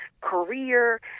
career